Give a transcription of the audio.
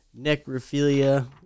necrophilia